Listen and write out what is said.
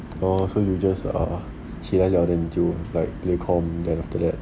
哦 so you just uh 起来 then 你就 like play com then after that